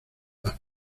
las